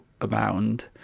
abound